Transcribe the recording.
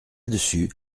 dessus